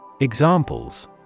Examples